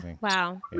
Wow